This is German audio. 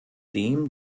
dem